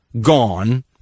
gone